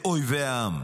לאויבי העם.